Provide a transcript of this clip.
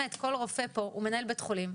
באמת, כל רופא פה הוא מנהל בית חולים.